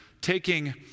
taking